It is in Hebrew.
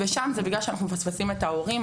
וזה בגלל שאנחנו מפספסים את ההורים.